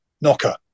knocker